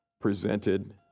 presented